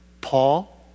Paul